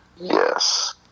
Yes